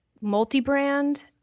multi-brand